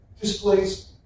displays